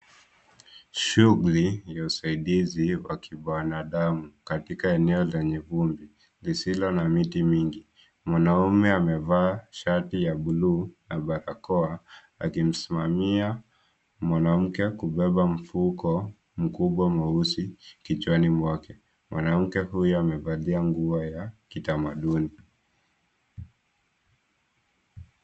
Shughuli ya usaidizi wa wanadamu katika eneo lenye vumbi, lisilo na miti mingi. Mwanaume amevaa shati ya buluu na barakoa akimsimamia mwanamke kubeba mfuko mkubwa mweusi kichwani mwake. Mwanamke huyo amevalia nguo ya kitamaduni.